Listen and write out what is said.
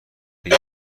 بگم